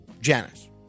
Janice